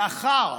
לאחר